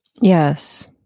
Yes